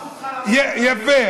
בחרו אותך, יפה.